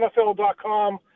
NFL.com